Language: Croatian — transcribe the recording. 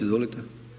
Izvolite.